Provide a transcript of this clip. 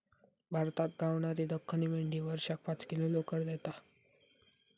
भारतात गावणारी दख्खनी मेंढी वर्षाक पाच किलो लोकर देता